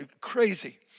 crazy